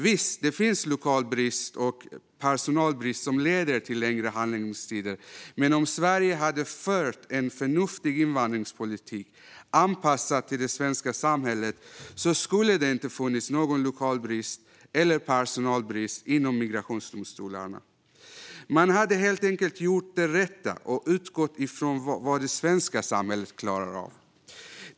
Visst, det finns lokalbrist och personalbrist som leder till längre handläggningstider. Men om Sverige hade fört en förnuftig invandringspolitik, anpassad till det svenska samhället, skulle det inte ha funnits någon lokalbrist eller personalbrist inom migrationsdomstolarna. Man hade helt enkelt gjort det rätta och utgått ifrån vad det svenska samhället klarar av.